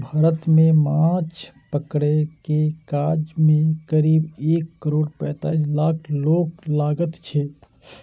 भारत मे माछ पकड़ै के काज मे करीब एक करोड़ पैंतालीस लाख लोक लागल छै